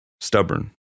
Stubborn